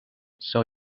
sell